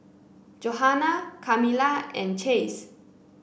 Johana Kamila and Chase